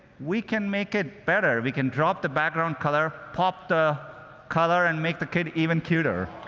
we can make it better we can drop the background color, pop the color, and make the kid even cuter.